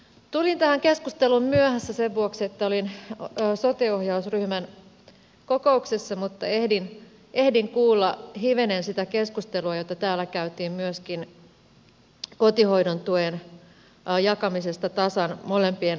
tulin tähän keskusteluun myöhässä sen vuoksi että olin sote ohjausryhmän kokouksessa mutta ehdin kuulla hivenen sitä keskustelua jota täällä käytiin myöskin kotihoidon tuen jakamisesta tasan molempien vanhempien kesken